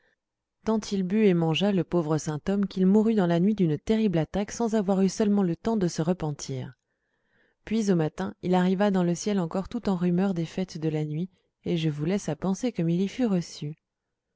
tant il but et mangea le pauvre saint homme qu'il mourut dans la nuit d'une terrible attaque sans avoir eu seulement le temps de se repentir puis au matin il arriva dans le ciel encore tout en rumeur des fêtes de la nuit et je vous laisse à penser comme il y fut reçu